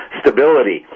stability